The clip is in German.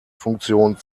funktion